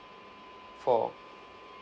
four